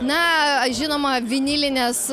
na žinoma vinilinės